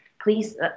please